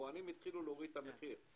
היבואנים התחילו להוריד את המחיר.